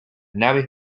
naves